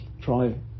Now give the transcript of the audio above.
try